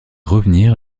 revenir